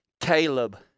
Caleb